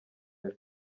aya